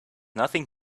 nothing